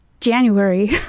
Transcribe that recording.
January